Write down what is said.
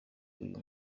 uyu